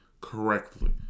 correctly